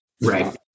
Right